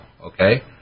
okay